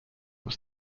was